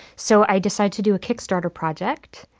so i decided to do a kickstarter project.